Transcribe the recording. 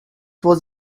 was